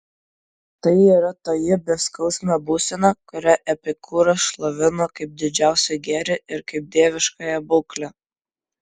tai yra toji beskausmė būsena kurią epikūras šlovino kaip didžiausią gėrį ir kaip dieviškąją būklę